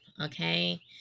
okay